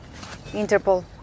Interpol